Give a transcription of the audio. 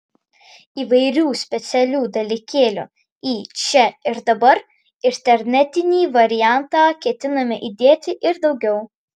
įvairių specialių dalykėlių į čia ir dabar internetinį variantą ketiname įdėti ir daugiau